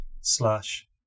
slash